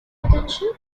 attention